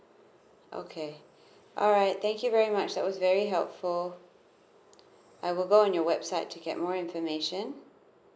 okay alright thank you very much that was very helpful I will go on your website to get more information